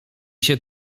się